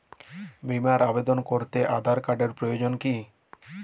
বিমার আবেদন করতে আধার কার্ডের প্রয়োজন কি?